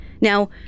Now